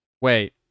wait